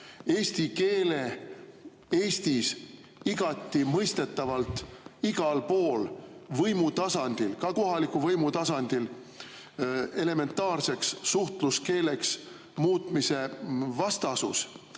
eesti keele Eestis igati mõistetavalt igal pool võimu tasandil, ka kohaliku võimu tasandil elementaarseks suhtluskeeleks muutmise vastasus